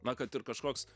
na kad ir kažkoks